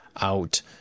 out